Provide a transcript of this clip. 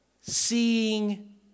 seeing